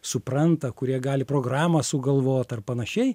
supranta kurie gali programą sugalvot ar panašiai